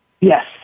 Yes